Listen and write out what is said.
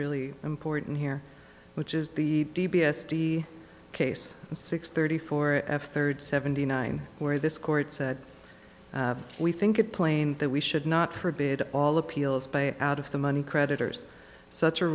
really important here which is the d b s d case and six thirty four f third seventy nine where this court said we think it plain that we should not forbid all appeals by out of the money creditors such a